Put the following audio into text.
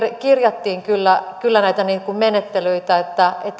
kirjattiin kyllä kyllä näitä menettelyitä